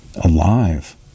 alive